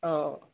অঁ